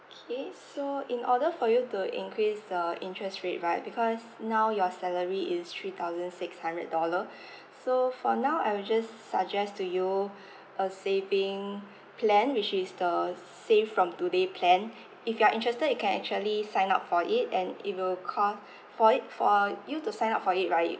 okay so in order for you to increase the interest rate right because now your salary is three thousand six hundred dollar so for now I will just suggest to you a saving plan which is the save from today plan if you're interested you can actually sign up for it and it will call for it for you to sign up for it right